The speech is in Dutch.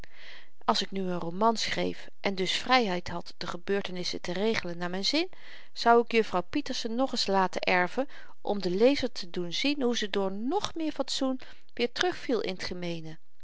als ik nu n roman schreef en dus vryheid had de gebeurtenissen te regelen naar myn zin zou ik jufvrouw pieterse nog eens laten erven om den lezer te doen zien hoe ze door ng meer fatsoen weêr terug viel